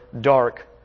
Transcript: dark